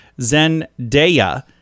Zendaya